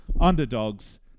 underdogs